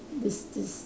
this this